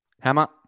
Hammer